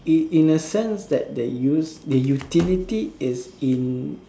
in in a sense that the use the utility is in